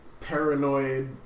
paranoid